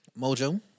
Mojo